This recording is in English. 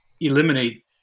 eliminate